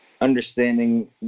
Understanding